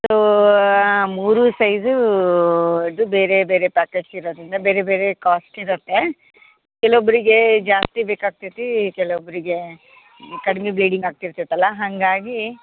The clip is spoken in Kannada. ಸೋ ಮೂರೂ ಸೈಝೂ ಇದು ಬೇರೆ ಬೇರೆ ಪ್ಯಾಕೆಟ್ಸ್ ಇರೋದರಿಂದ ಬೇರೆ ಬೇರೆ ಕಾಸ್ಟ್ ಇರುತ್ತೆ ಕೆಲ್ವೊಬ್ರಿಗೆ ಜಾಸ್ತಿ ಬೇಕಾಗ್ತೈತಿ ಕೆಲ್ವೊಬ್ರಿಗೆ ಕಡ್ಮೆ ಬ್ಲೀಡಿಂಗ್ ಆಗ್ತಿರ್ತೈತಲ್ಲ ಹಾಗಾಗಿ